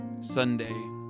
Sunday